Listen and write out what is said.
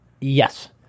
Yes